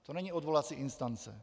To není odvolací instance.